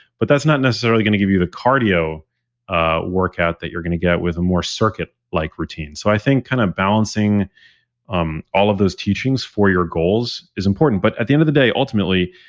but that's not necessarily going to give you the cardio ah workout, that you're going to get with a more circuit like routine so i think kind of balancing um all of those teachings for your goals is important. but at the end of the day ultimately,